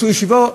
עשו ישיבה,